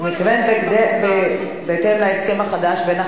הם חתמו על הסכם עם ה"חמאס",